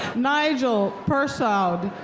nigel persaud.